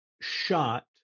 shot